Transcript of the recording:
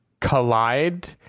collide